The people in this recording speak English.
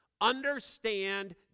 Understand